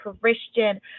christian